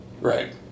Right